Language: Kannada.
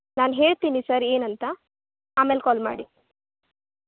ನಾನು ಹೇಳ್ತೀನಿ ಸರ್ ಏನಂತ ಆಮೇಲೆ ಕಾಲ್ ಮಾಡಿ